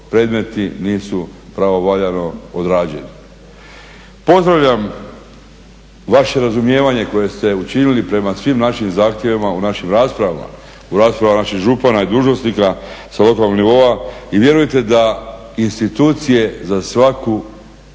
predmeti nisu pravovaljano odrađeni. Pozdravljam vaše razumijevanje koje ste učinili prema svim našim zahtjevima u našim raspravama, u raspravama naših župana i dužnosnika sa lokalnog nivoa i vjerujte da institucije za svaku